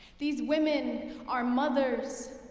these women are mothers,